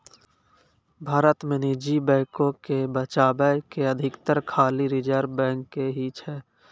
भारत मे निजी बैको के बचाबै के अधिकार खाली रिजर्व बैंक के ही छै